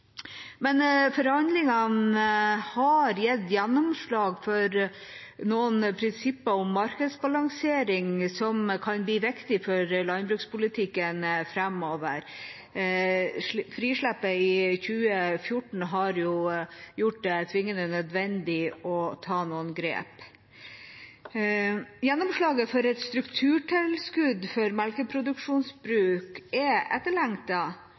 Men forhandlingene har gitt gjennomslag for noen prinsipper om markedsbalansering, som kan bli viktig for landbrukspolitikken framover. Frisleppet i 2014 har jo gjort det tvingende nødvendig å ta noen grep. Gjennomslaget for et strukturtilskudd for melkeproduksjonsbruk er